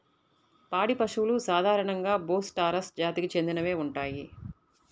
పాడి పశువులు సాధారణంగా బోస్ టారస్ జాతికి చెందినవే ఉంటాయి